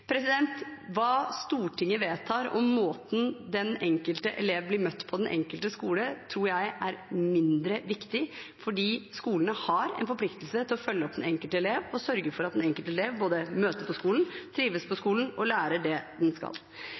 Hva Stortinget vedtar om måten den enkelte elev blir møtt på på den enkelte skole, tror jeg er mindre viktig, for skolene har en forpliktelse til å følge opp den enkelte elev og sørge for at den enkelte elev både møter på skolen, trives på skolen og lærer det den skal.